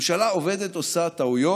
ממשלה עובדת עושה טעויות,